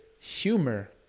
humor